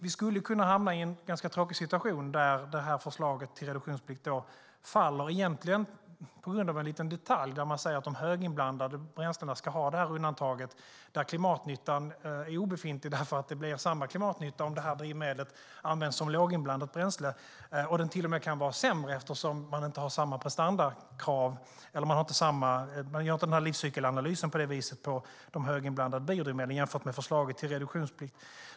Vi skulle kunna hamna i en ganska tråkig situation där förslaget till reduktionsplikt faller, egentligen på grund av en liten detalj där man säger att de höginblandade bränslena ska ha undantaget och där klimatnyttan är obefintlig. Det blir nämligen samma klimatnytta om drivmedlet används som låginblandat bränsle. Klimatnyttan kan till och med vara sämre med de höginblandade biodrivmedlen, eftersom man inte gör samma livscykelanalys på dem jämfört med förslaget till reduktionsplikt.